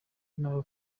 n’aho